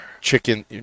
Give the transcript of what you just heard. chicken